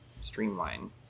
streamline